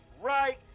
right